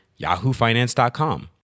yahoofinance.com